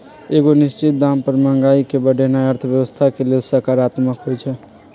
एगो निश्चित दाम पर महंगाई के बढ़ेनाइ अर्थव्यवस्था के लेल सकारात्मक होइ छइ